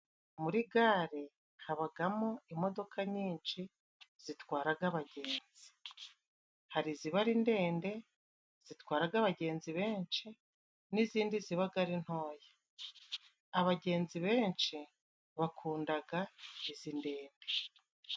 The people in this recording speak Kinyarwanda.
Muri gare habagamo imodoka nyinshi zitwaraga abagenzi. Hari iziba ari ndende zitwararaga abagenzi benshi, n'izindi zibaga ari ntoya. Abagenzi benshi bakundaga izi ndende.